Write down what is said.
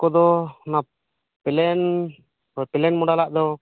ᱠᱚᱫᱚ ᱚᱱᱟ plan plan ᱢᱚᱰᱮᱞᱟᱜ ᱫᱚ